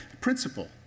principle